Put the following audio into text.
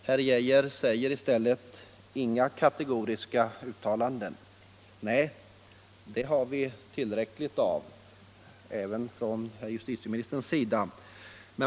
Herr Geijer säger i stället: ”Inga kategoriska uttalanden!” Nej, det har vi tillräckligt av, även från herr justitieministern.